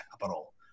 capital